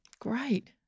Great